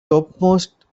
topmost